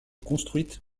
construite